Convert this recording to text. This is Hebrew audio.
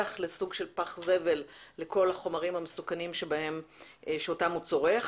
לסוג של פח זבל לכל החומרים המסוכנים אותם הוא צורך.